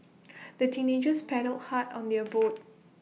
the teenagers paddled hard on their boat